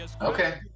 Okay